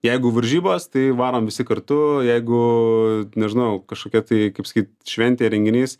jeigu varžybos tai varom visi kartu jeigu nežinau kažkokia tai kaip sakyt šventė renginys